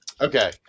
Okay